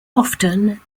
often